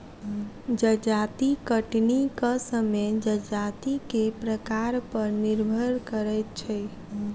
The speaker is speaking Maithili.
जजाति कटनीक समय जजाति के प्रकार पर निर्भर करैत छै